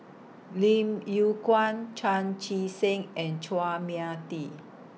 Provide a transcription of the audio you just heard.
Lim Yew Kuan Chan Chee Seng and Chua Mia Tee